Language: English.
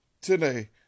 Today